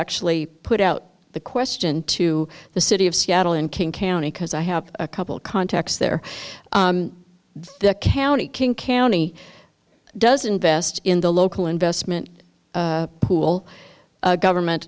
actually put out the question to the city of seattle and king county because i have a couple of contacts their county king county doesn't vest in the local investment pool government